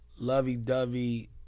lovey-dovey